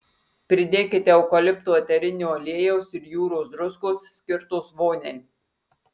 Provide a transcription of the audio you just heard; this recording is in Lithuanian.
pridėkite eukalipto eterinio aliejaus ir jūros druskos skirtos voniai